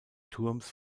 turms